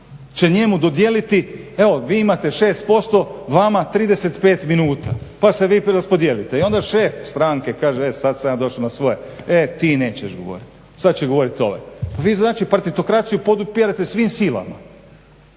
će njemu dodijeliti evo vi imate 6% vama 35 minuta pa se vi preraspodijelite. I onda šef stranke kaže e sad sam ja došao na svoje, e ti nećeš govoriti sad će govoriti ovaj. Vi znači partitokraciju podupirete svim silama.